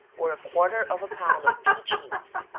or a quarter of a pound of peach meats,